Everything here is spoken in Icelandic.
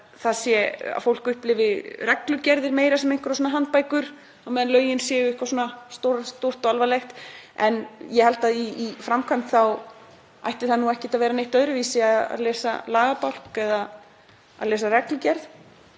fleygt að fólk líti á reglugerðir meira sem einhvers konar handbækur, lögin séu eitthvað svona stórt og alvarlegt en ég held að í framkvæmd þá ætti það ekki að vera neitt öðruvísi að lesa lagabálk en að lesa reglugerð.